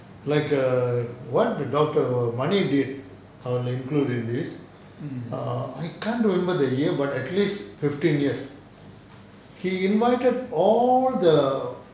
mm